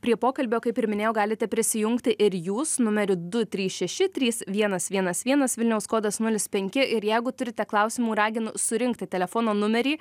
prie pokalbio kaip ir minėjau galite prisijungti ir jūs numeriu du trys šeši trys vienas vienas vienas vilniaus kodas nulis penki ir jeigu turite klausimų raginu surinkti telefono numerį